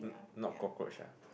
n~ not cockroach ah